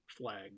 flag